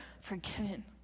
forgiven